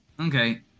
okay